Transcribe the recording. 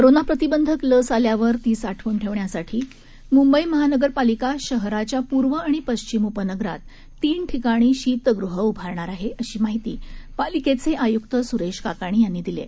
कोरोनाप्रतिबंधक लस आल्यावर ती साठवून ठेवण्यासाठी मुंबई महापालिका शहराच्या पूर्व आणि पश्चिम उपनगरात तीन ठिकाणी शितगृह उभारणार आहे अशी माहिती पालिकेचे आयुक्त सुरेश काकाणी यांनी दिली आहे